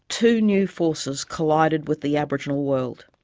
two new forces collided with the aboriginal world.